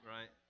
Right